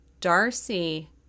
Darcy